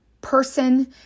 person